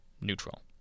neutral